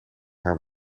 haar